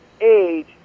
age